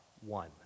one